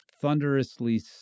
thunderously